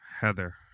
Heather